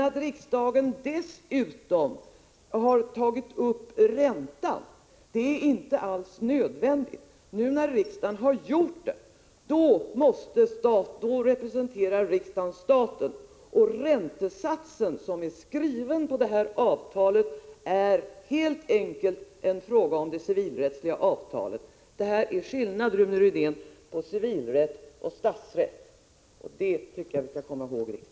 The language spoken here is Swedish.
Att riksdagen tar upp räntan är inte alls nödvändigt, men när riksdagen nu har gjort det, då representerar riksdagen staten. Det som är skrivet i detta avtal om räntan är helt enkelt det civilrättsliga avtalet. Detta är skillnaden, Rune Rydén, mellan civilrätt och statsrätt, och det tycker jag vi bör komma ihåg i riksdagen.